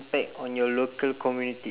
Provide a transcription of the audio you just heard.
aku c~ tumbuk kau